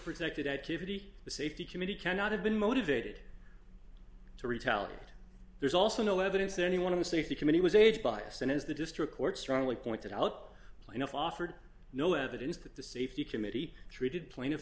protected activity the safety committee cannot have been motivated to retaliate there's also no evidence that any one of the safety committee was age bias and as the district court strongly pointed out enough offered no evidence that the safety committee treated plaintiff